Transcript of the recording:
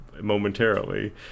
momentarily